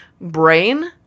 brain